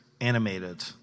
animated